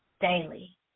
daily